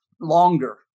longer